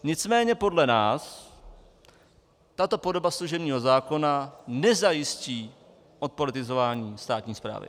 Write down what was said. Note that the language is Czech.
Nicméně podle nás tato podoba služebního zákona nezajistí odpolitizování státní správy.